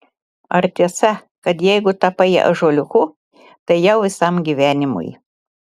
ar tiesa kad jeigu tapai ąžuoliuku tai jau visam gyvenimui